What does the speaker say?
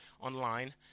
online